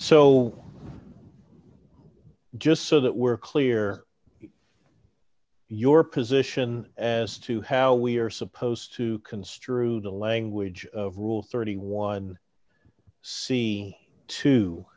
so just so that we're clear your position as to how we are supposed to construe the language of rule thirty one